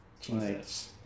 Jesus